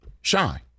shy